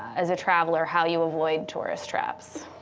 as a traveler, how you avoid tourist traps.